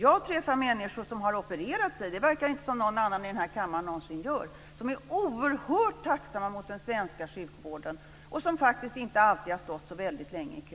Jag träffar människor som har opererats! Det verkar det inte som någon annan i den här kammaren någonsin gör. De är oerhört tacksamma mot den svenska sjukvården, och de har faktiskt inte alltid stått så länge i kö.